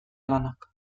lanak